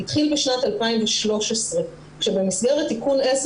התחיל בשנת 2013 כאשר במסגרת תיקון 10